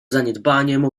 zaniedbaniem